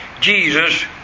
Jesus